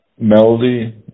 melody